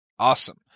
Awesome